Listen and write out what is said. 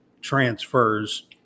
transfers